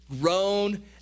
grown